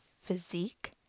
physique